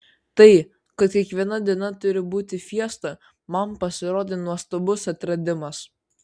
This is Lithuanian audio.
tai kad kiekviena diena turi būti fiesta man pasirodė nuostabus atradimas